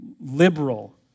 liberal